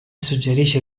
suggerisce